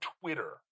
Twitter